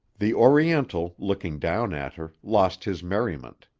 the oriental, looking down at her, lost his merriment.